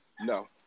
No